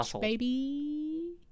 baby